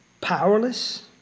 Powerless